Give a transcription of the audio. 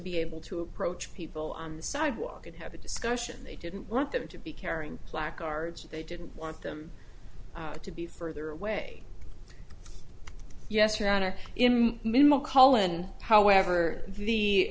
be able to approach people on the sidewalk and have a discussion they didn't want them to be carrying placards they didn't want them to be further away yes rianna minimal kallen however the